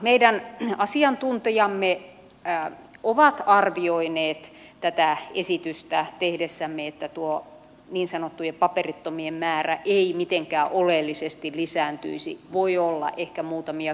meidän asiantuntijamme ovat arvioineet tätä esitystä tehdessämme että tuo niin sanottujen paperittomien määrä ei mitenkään oleellisesti lisääntyisi voi olla ehkä muutamia kymmeniä